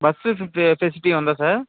bus ఫే facility ఉందా sir